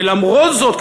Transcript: ולמרות זאת,